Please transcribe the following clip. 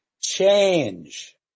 change